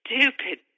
stupid